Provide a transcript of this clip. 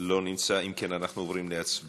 אם כן, אנחנו עוברים להצבעה.